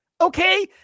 okay